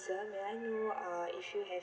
this year may I know uh if you have